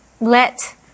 let